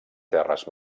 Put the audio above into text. terres